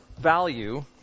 value